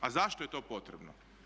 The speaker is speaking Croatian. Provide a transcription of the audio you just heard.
A zašto je to potrebno?